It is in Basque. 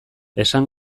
esan